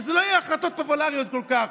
וזה לא היה החלטות פופולריות כל כך.